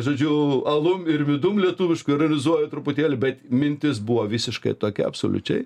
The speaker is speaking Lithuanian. žodžiu alum ir midum lietuvišku ironizuoju truputėlį bet mintis buvo visiškai tokia absoliučiai